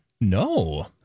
No